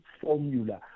formula